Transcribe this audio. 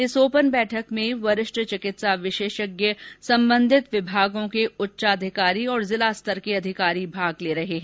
इस ओपन बैठक में वरिष्ठ चिकित्सा विशेषज्ञ संबंधित विभागों के उच्चाधिकारी और जिला स्तर के अधिकारी भाग ले रहे हैं